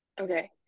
Okay